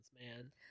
man